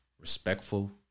respectful